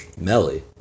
Melly